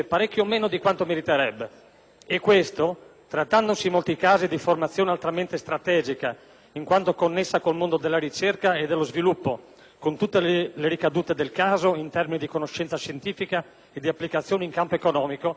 E questo - trattandosi in molti casi di formazione altamente strategica in quanto connessa col mondo della ricerca e dello sviluppo, con tutte le ricadute del caso in termini di conoscenza scientifica e di applicazioni in campo economico - è decisamente grave.